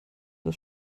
das